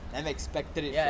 unexpected it from